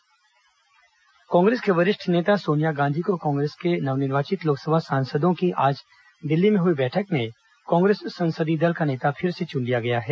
सोनिया गांधी संसदीय दल कांग्रेस की वरिष्ठ नेता सोनिया गांधी को कांग्रेस के नवनिर्वाचित लोकसभा सांसदों की आज दिल्ली में हुई बैठक में कांग्रेस संसदीय दल का नेता फिर से चुन लिया गया है